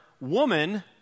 woman